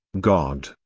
god,